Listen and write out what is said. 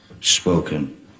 spoken